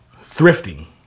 thrifting